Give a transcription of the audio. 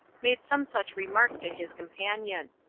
made some such remark to his companion.